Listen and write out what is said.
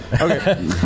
Okay